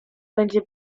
będzie